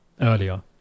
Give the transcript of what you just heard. earlier